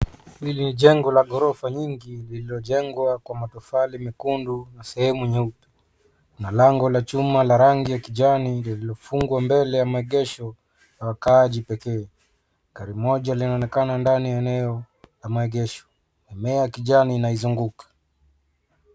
Hili ni jengo lenye ghorofa nyingi lililo jengwa kwa matofali mekundu na sehemu nyeupe na lango la chuma la rangi ya kijani lililo fungwa mbele ya maegesho na wakaaji pekee. Gari moja linaonekana ndani ya eneo la maegesho na mimea ya kijani inaizunguka.